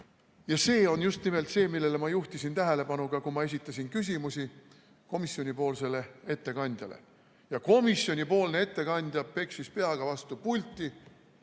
See on just nimelt see, millele ma juhtisin tähelepanu, kui ma esitasin küsimusi komisjoni ettekandjale. Komisjoni ettekandja peksis peaga vastu pulti